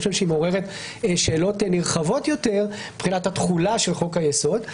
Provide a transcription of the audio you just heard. היא מעוררת שאלות נרחבות יותר מבחינת התכולה של חוק-היסוד.